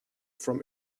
from